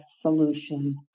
solution